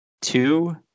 two